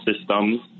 systems